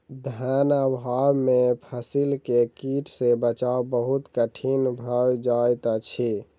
धन अभाव में फसील के कीट सॅ बचाव बहुत कठिन भअ जाइत अछि